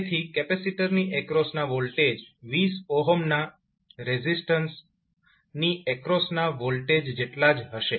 તેથી કેપેસિટરની એક્રોસના વોલ્ટેજ 20 ના રેઝિસ્ટન્સની એક્રોસના વોલ્ટેજ જેટલા જ હશે